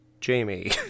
Jamie